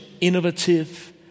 innovative